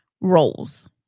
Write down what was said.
roles